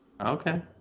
Okay